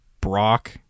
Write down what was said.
Brock